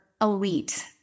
elite